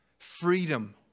Freedom